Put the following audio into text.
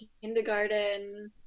kindergarten